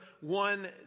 one